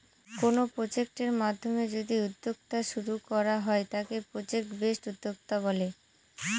কোনো প্রজেক্টের মাধ্যমে যদি উদ্যোক্তা শুরু করা হয় তাকে প্রজেক্ট বেসড উদ্যোক্তা বলে